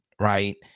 right